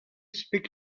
speak